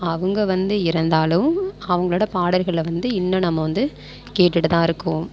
அவங்க வந்து இறந்தாலும் அவங்களோட பாடல்களை வந்து இன்னும் நம்ம வந்து கேட்டுகிட்டு தான் இருக்கோம்